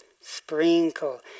sprinkle